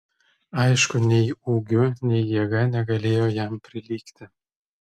aišku nei ūgiu nei jėga negalėjo jam prilygti